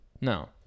No